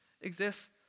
exists